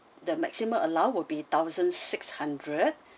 the maximum allow will be a thousand six hundred